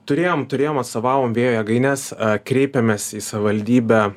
turėjom turėjom atstovavom vėjo jėgaines kreipėmės į savivaldybę